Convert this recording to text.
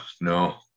no